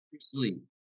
sleep